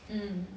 mm